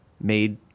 made